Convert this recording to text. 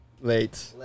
Late